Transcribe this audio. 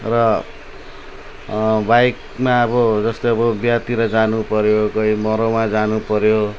र बाइकमा अब जस्तै अब बिहातिर जानुपऱ्यो कोही मरौमा जानुपऱ्यो